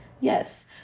yes